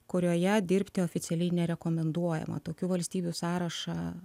kurioje dirbti oficialiai nerekomenduojama tokių valstybių sąrašą